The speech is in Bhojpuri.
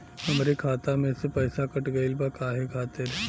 हमरे खाता में से पैसाकट गइल बा काहे खातिर?